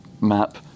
map